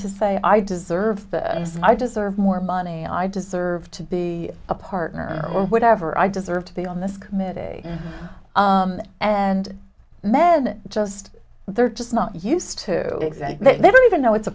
to say i deserve i deserve more money i deserve to be a partner or whatever i deserve to be on this committee and men just they're just not used to exactly they don't even know it's